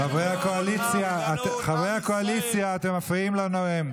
חברי הקואליציה, אתם מפריעים לנואם.